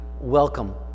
welcome